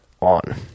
on